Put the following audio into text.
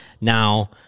now